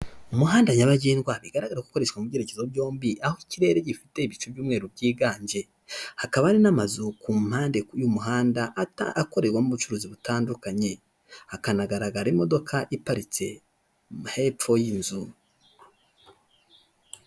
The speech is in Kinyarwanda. Umuhanda nyabagendwa bigaragara ko ukoreshwa mu byerekezo aho ikirere gifite ibicu by'umweru byiganje, hakaba ari n'amazu ku mpande y'umuhanda akorerwamo ubucuruzi butandukanye, hakanagaragara imodoka iparitse hepfo y'inzu.